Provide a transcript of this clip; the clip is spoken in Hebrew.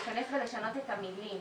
להיכנס ולשנות את המילים.